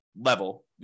level